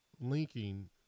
linking